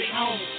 home